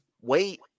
wait